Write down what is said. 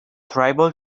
tribal